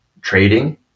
trading